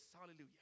Hallelujah